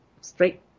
straight